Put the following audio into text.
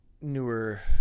newer